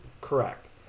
correct